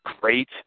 great